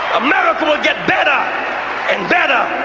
america will get better and better.